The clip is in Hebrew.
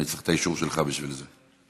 אני צריך את האישור שלך בשביל זה.